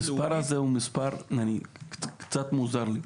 המספר הזה הוא מספר קצת מוזר לי.